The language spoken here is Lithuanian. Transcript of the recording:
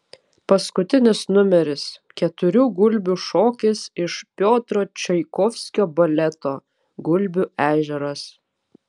paskutinis numeris keturių gulbių šokis iš piotro čaikovskio baleto gulbių ežeras